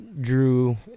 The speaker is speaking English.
drew